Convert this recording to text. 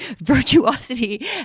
virtuosity